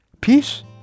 peace